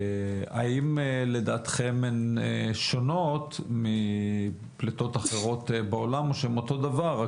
והאם לדעתכם הן שונות מפליטות אחרות בעולם או שהן אותו דבר?